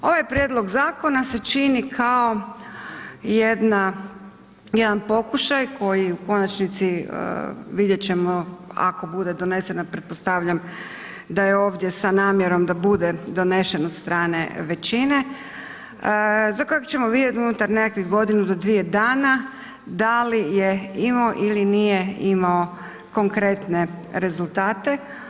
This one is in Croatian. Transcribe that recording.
Ovaj prijedlog zakona se čini kao jedan pokušaj koji u konačnici vidjeti ćemo ako bude donesena pretpostavljam da je ovdje sa namjerom da bude donesen od strane većine za kojeg ćemo vidjeti unutar nekakvih godinu do dvije dana da li je imao ili nije imao konkretne rezultate.